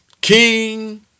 King